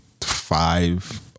five